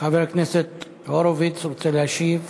חבר הכנסת הורוביץ רוצה להשיב.